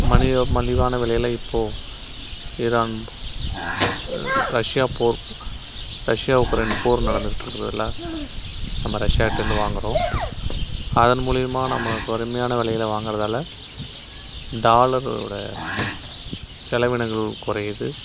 மணிவா மலிவான விலையில் இப்போது ஈரான் ரஷ்யா போர் ரஷ்யா உக்ரைன் போர் நடந்துகிட்டு இருக்கிறதுல நம்ம ரஷ்யாகிட்டருந்து வாங்கிறோம் அதன் மூலயமா நம்ம குறைவயான விலையில வாங்கிறதால டாலரோட செலவினங்கள் குறையுது